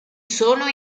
sono